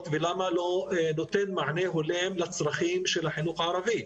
ולמה לא הוא לא נותן מענה הולם לצרכים של החינוך הערבי?